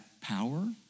power